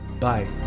Bye